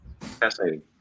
Fascinating